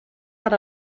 per